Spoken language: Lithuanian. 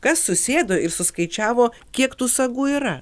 kas susėdo ir suskaičiavo kiek tų sagų yra